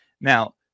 Now